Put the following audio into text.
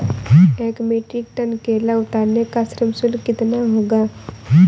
एक metric ton केला उतारने का श्रम शुल्क कितना होगा?